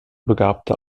begabter